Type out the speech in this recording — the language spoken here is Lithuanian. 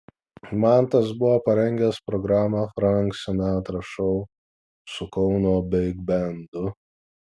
mantas buvo parengęs programą frank sinatra šou su kauno bigbendu